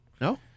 No